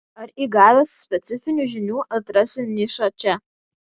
ar įgavęs specifinių žinių atrasi nišą čia